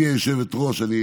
גברתי היושבת-ראש, אני